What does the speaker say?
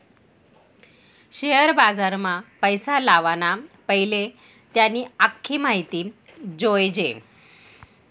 share बजारमा पैसा लावाना पैले त्यानी आख्खी माहिती जोयजे